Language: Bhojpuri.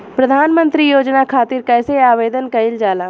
प्रधानमंत्री योजना खातिर कइसे आवेदन कइल जाला?